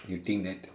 you think that